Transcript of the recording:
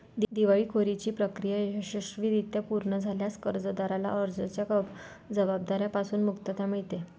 दिवाळखोरीची प्रक्रिया यशस्वीरित्या पूर्ण झाल्यास कर्जदाराला कर्जाच्या जबाबदार्या पासून मुक्तता मिळते